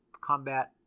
combat